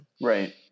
Right